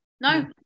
No